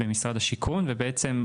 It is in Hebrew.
נקבעת במשרד השיכון ובעצם,